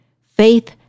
faith